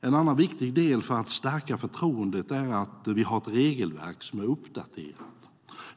En annan viktig fråga för att stärka förtroendet är att det finns ett uppdaterat regelverk.